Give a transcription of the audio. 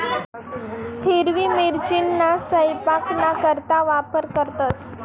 हिरवी मिरचीना सयपाकना करता वापर करतंस